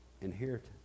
Inheritance